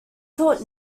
thought